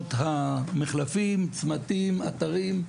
שמות המחלפים, צמתים, אתרים,